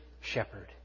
shepherd